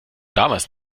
damals